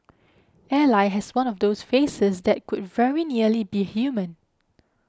Ally has one of those faces that could very nearly be human